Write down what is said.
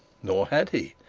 nor had he.